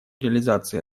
реализации